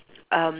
um